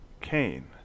Cain